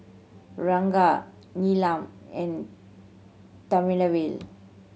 Ranga Neelam and Thamizhavel